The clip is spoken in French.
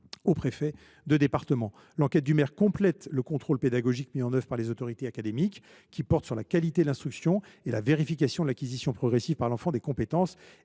au préfet de département. L’enquête du maire complète le contrôle pédagogique mis en œuvre par les autorités académiques, qui porte sur la qualité de l’instruction et la vérification de l’acquisition progressive par l’enfant des compétences